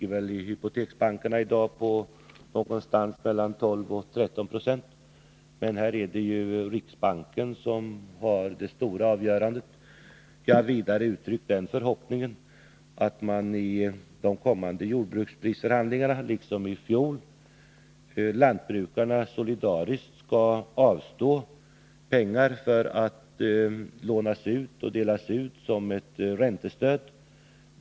Räntan i hypoteksinstituten ligger väl i dag på mellan 12 och 13 26. Men här är det riksbanken som har det slutliga avgörandet. Jag har vidare uttryckt den förhoppningen att lantbrukarna i de kommande jordbruksprisförhandlingarna, liksom i fjol, solidariskt skall avstå pengar som kan delas ut som ett räntestöd.